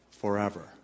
forever